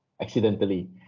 accidentally